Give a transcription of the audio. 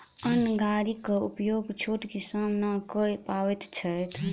अन्न गाड़ीक उपयोग छोट किसान नै कअ पबैत छैथ